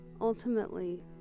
ultimately